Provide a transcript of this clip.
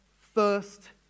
first